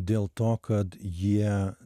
dėl to kad jie